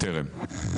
טרם.